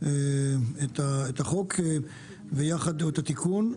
את החוק או את התיקון.